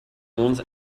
owns